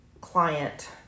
client